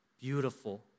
beautiful